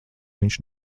viņš